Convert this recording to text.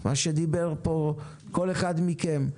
מה שדיבר פה כל אחד מכם.